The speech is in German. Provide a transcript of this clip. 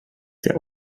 der